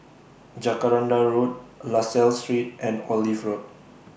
Jacaranda Road La Salle Street and Olive Road